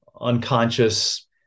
unconscious